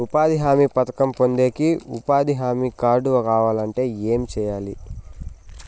ఉపాధి హామీ పథకం పొందేకి ఉపాధి హామీ కార్డు కావాలంటే ఏమి సెయ్యాలి?